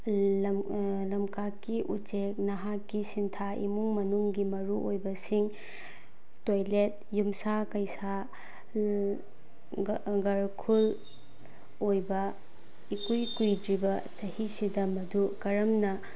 ꯂꯥꯛꯀꯥꯞꯀꯤ ꯎꯆꯦꯛ ꯅꯍꯥꯛꯀꯤ ꯁꯤꯟꯊꯥ ꯏꯃꯨꯡ ꯃꯅꯨꯡꯒꯤ ꯃꯔꯨ ꯑꯣꯏꯕꯁꯤꯡ ꯇꯣꯏꯂꯦꯠ ꯌꯨꯝꯁꯥ ꯀꯩꯁꯥ ꯒꯥꯔꯈꯨꯜ ꯑꯣꯏꯕ ꯏꯀꯨꯏ ꯀꯨꯏꯗ꯭ꯔꯤꯕ ꯆꯍꯤꯁꯤꯗ ꯃꯗꯨ ꯀꯔꯝꯅ